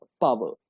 power